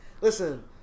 Listen